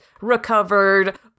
recovered